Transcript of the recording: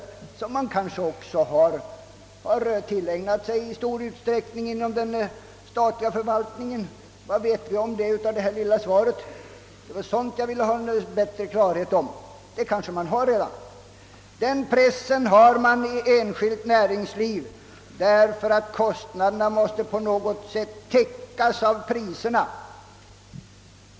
Dessa kanske man också tillägnat sig i stor utsträckning inom den statliga förvaltningen, men vad vet vi om det av detta knapphändiga svar? Det är sådant jag vill ha bättre klarhet om. Man har alltså denna press på sig i enskilt näringsliv därför att kostnaderna på något sätt måste täckas av priserna.